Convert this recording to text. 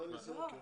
מה אני צריך אותם?